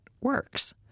works